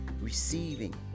receiving